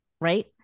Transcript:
right